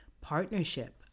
partnership